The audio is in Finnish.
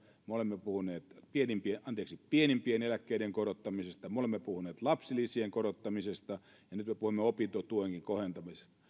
me olemme puhuneet pienimpien eläkkeiden korottamisesta me olemme puhuneet lapsilisien korottamisesta ja nyt me puhumme opintotuenkin kohentamisesta